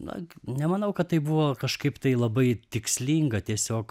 na nemanau kad tai buvo kažkaip tai labai tikslinga tiesiog